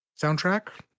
soundtrack